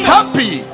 Happy